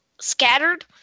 scattered